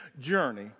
journey